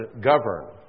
govern